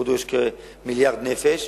בהודו יש כמיליארד נפש,